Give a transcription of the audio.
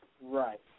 Right